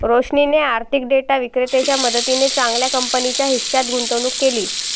रोशनीने आर्थिक डेटा विक्रेत्याच्या मदतीने चांगल्या कंपनीच्या हिश्श्यात गुंतवणूक केली